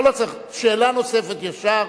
שאלה נוספת ישר,